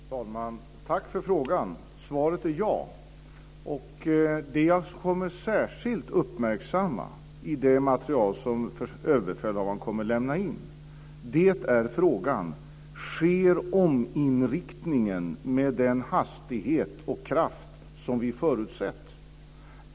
Fru talman! Tack för frågan! Svaret är ja. Det jag särskilt kommer att uppmärksamma i det material som överbefälhavaren kommer att lämna in är frågan om ominriktningen sker med den hastighet och kraft som vi förutsett.